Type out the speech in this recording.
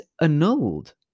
annulled